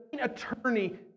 attorney